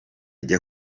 jya